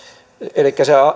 elikkä sehän